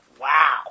wow